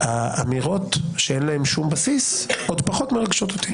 האמירות שאין להן שום בסיס עוד פחות מרגשות אותי.